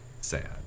sad